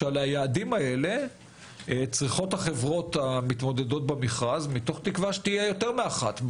אני מקווה שיהיו כמה חברות שיתמודדו על מימוש היעדים הללו.